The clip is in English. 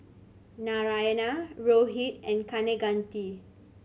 Narayana Rohit and Kaneganti